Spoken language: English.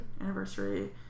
Anniversary